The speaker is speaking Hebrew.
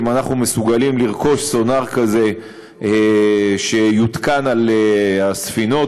אנחנו מסוגלים לרכוש סונאר כזה שיותקן על הספינות,